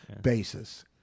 basis